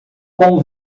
com